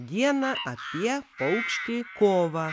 diena apie paukštį kovą